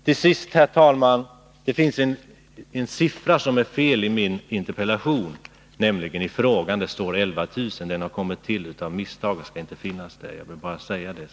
Till sist, herr talman! Det finns en felaktig siffra i den avslutande frågan i min interpellation. Där står nämligen siffran 11 000, men den siffran har kommit dit av misstag. Den skall alltså inte finnas där.